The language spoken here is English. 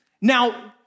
Now